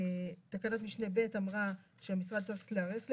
תקנת משנה (ב) אמרה שהמשרד צריך להיערך לפינוי.